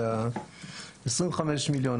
היה 25 מיליון,